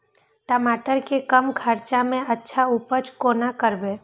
टमाटर के कम खर्चा में अच्छा उपज कोना करबे?